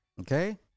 Okay